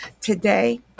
Today